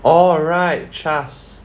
oh right CHAS